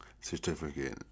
certificate